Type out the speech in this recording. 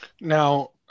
Now